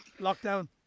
lockdown